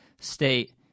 state